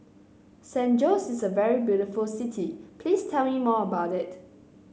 San Jose is a very beautiful city please tell me more about it